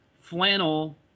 flannel